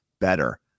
better